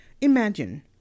imagine